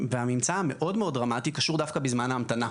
הממצא המאוד דרמטי קשור דווקא בזמן ההמתנה.